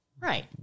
Right